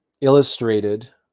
illustrated